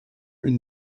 une